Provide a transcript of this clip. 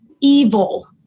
evil